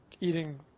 eating